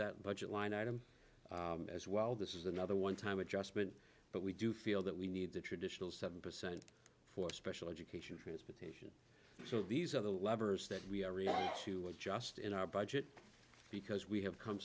that budget line item as well this is another one time adjustment but we do feel that we need the traditional seven percent for special education transportation so these are the levers that we are really to adjust in our budget because we have come